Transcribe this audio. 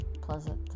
pleasant